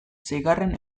seigarren